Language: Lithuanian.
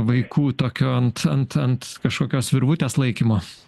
vaikų tokio ant ant ant kažkokios virvutės laikymo